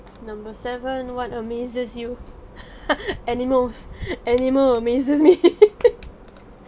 number seven what amazes you animals animal amazes me